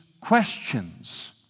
questions